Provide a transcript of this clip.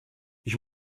ich